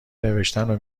نوشتنو